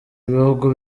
ibihugu